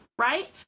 right